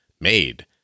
made